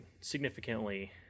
significantly